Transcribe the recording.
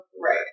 right